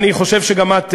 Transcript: אני חושב שגם את,